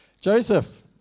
Joseph